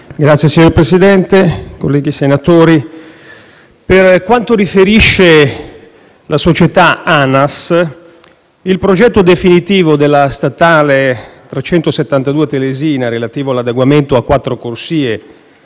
Signor Presidente, colleghi senatori, per quanto riferisce la società ANAS, il progetto definitivo della strada statale 372 Telesina relativo all'adeguamento a quattro corsie